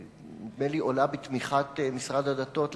שעולה נדמה לי בתמיכת משרד הדתות,